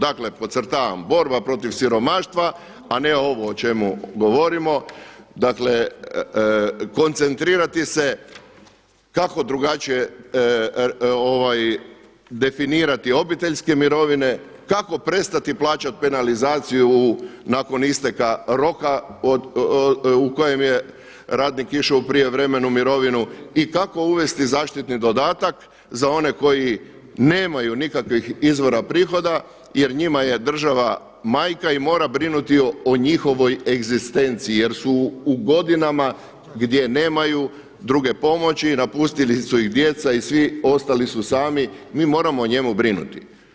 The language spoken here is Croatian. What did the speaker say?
Dakle, podcrtavam borba protiv siromaštva a ne ovo o čemu govorimo, dakle koncentrirati se kako drugačije definirati obiteljske mirovine, kako prestati plaćati penalizaciju nakon isteka roka u kojem je radnik išao u prijevremenu mirovinu i kako uvesti zaštitni dodatak za one koji nemaju nikakvih izvora prihoda jer njima je država majka i mora brinuti o njihovoj egzistenciji jer su u godinama gdje nemaju druge pomoći i napustili su ih djeca i svi ostali su sami, mi moramo o njemu brinuti.